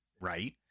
right